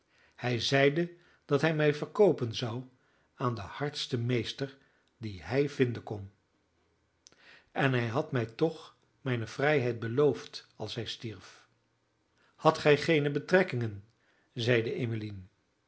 hij zeide dat hij mij verkoopen zou aan den hardsten meester dien hij vinden kon en hij had mij toch mijne vrijheid beloofd als hij stierf hadt gij geene betrekkingen zeide emmeline